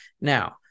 Now